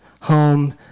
home